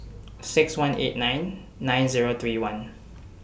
six one eight nine nine Zero three one